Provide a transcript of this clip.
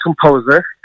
composer